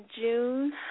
June